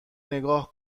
نگاه